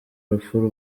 rupfu